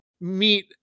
meet